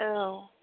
औ